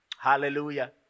Hallelujah